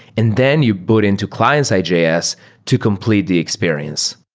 and then you boot into client-side js to complete the experience.